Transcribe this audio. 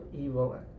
evil